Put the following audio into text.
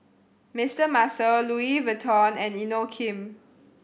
Mister Muscle Louis Vuitton and Inokim